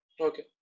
okay